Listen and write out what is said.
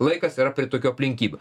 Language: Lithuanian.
laikas yra prie tokių aplinkybių